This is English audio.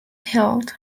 health